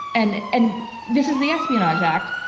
and and this is the espionage act,